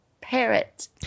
parrot